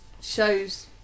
shows